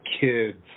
kids